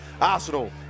Arsenal